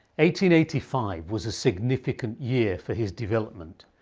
eighty eighty five was a significant year for his development.